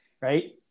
right